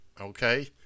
Okay